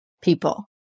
people